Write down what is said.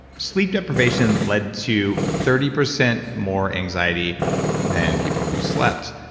sleep depravation led to thirty percent more anxiety than people who slept.